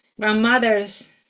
grandmothers